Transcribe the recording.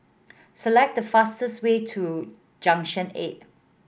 select the fastest way to Junction Eight